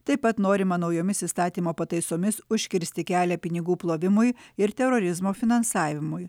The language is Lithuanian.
taip pat norima naujomis įstatymo pataisomis užkirsti kelią pinigų plovimui ir terorizmo finansavimui